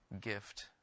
gift